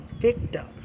victim